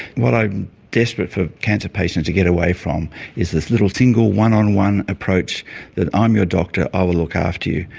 what i'm desperate for cancer patients to get away from is this little tingle one-on-one approach that i'm your doctor, i will look after you.